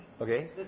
Okay